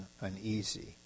uneasy